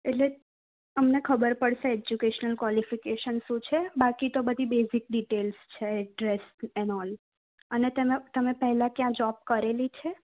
એટલે અમને ખબર પડશે એડ્યુકેશનલ ક્વોલિફિકેશન શું છે બાકી તો બધી બેસિક ડિટેલ્સ છે એન ઓલ અને તમે પેલા કયા જોબ કરેલી છે